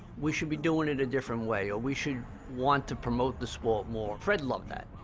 we should be doing it a different way, or we should want to promote the sport more. fred loved that.